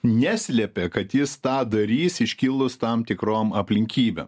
neslėpė kad jis tą darys iškilus tam tikrom aplinkybėm